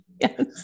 Yes